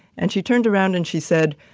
and she turned around and she said,